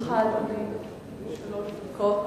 לרשותך שלוש דקות.